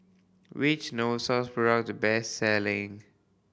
which Novosource product best selling